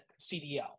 CDL